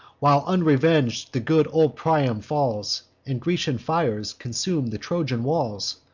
while unreveng'd the good old priam falls, and grecian fires consume the trojan walls?